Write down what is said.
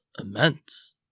immense